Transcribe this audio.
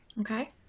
Okay